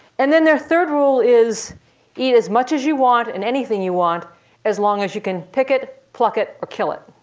and then they're third rule is eat as much as you want and anything you want as long as you can pick it, pluck it, or kill it.